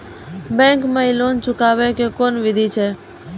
Bank माई loan चुकाबे के कोन बिधि छै?